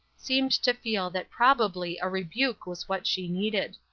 seemed to feel that probably a rebuke was what she needed.